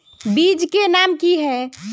बीज के नाम की है?